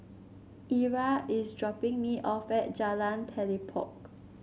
Ira is dropping me off at Jalan Telipok